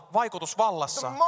vaikutusvallassa